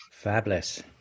Fabulous